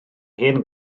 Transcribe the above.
hen